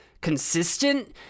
consistent